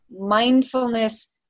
mindfulness